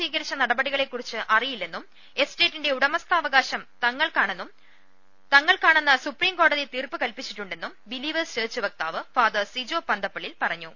സ്വീകരിച്ച നടപടികളെ കുറിച്ച് അറിയില്ലെന്നും എസ്റ്റേറ്റിന്റെ ഉടമസ്ഥാവകാശം തങ്ങൾക്കാണെന്ന് സുപ്രീംകോ ടതി തീർപ്പ് കൽപ്പിച്ചിട്ടുണ്ടെന്നും ബിലീവേഴ്സ് ചർച്ച് വക്താവ് ഫാദർ സിജോ പന്തപ്പള്ളിൽ പറഞ്ഞു